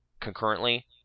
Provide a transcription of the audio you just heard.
concurrently